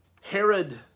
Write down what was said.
Herod